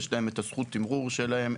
יש להם את זכות התמרור שלהם,